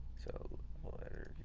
so, level editor,